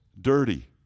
dirty